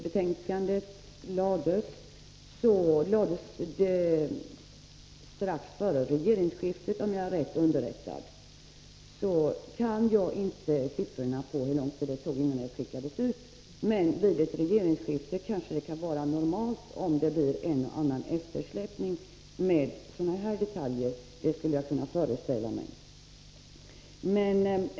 Betänkandet lades fram strax före regeringsskiftet, om jag är riktigt underrättad, men jag känner inte till hur lång tid det tog, innan det skickades ut. Jag skulle emellertid kunna föreställa mig att det vid ett regeringsskifte kan vara normalt med en viss eftersläpning när det gäller sådana här detaljer.